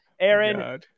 Aaron